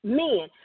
men